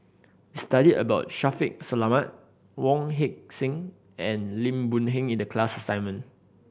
we studied about Shaffiq Selamat Wong Heck Sing and Lim Boon Heng in the class assignment